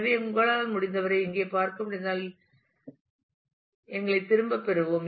எனவே உங்களால் முடிந்தவரை இங்கே பார்க்க முடிந்தால் எங்களை திரும்பப் பெறுவோம்